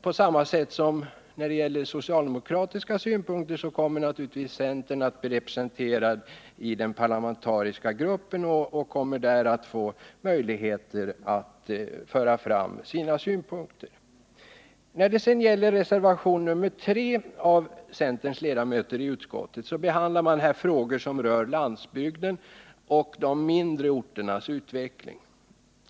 På samma sätt som när det gäller socialdemokratiska synpunkter kommer naturligtvis också centern att bli representerad i den parlamentariska gruppen och där få möjlighet att föra fram sina synpunkter. I reservationen 3 av centerns ledamöter i utskottet behandlas frågor som rör främjande av landsbygden och de mindre orternas utveckling.